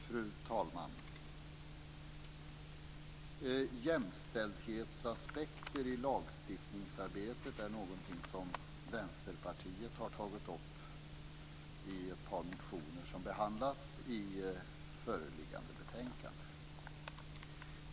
Fru talman! Jämställdhetsaspekter i lagstiftningsarbetet är någonting som Vänsterpartiet har tagit upp i ett par motioner som behandlas i föreliggande betänkande.